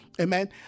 amen